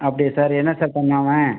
அப்படியா சார் என்ன சார் செஞ்சான் அவன்